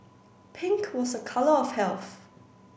pink was a colour of health